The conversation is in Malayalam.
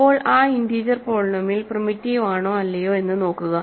ഇപ്പോൾ ആ ഇന്റീജർ പോളിനോമിയൽ പ്രിമിറ്റീവ് ആണോ അല്ലയോ എന്ന് നോക്കുക